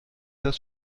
das